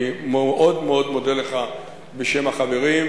אני מאוד מודה לך בשם החברים,